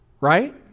Right